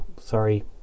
Sorry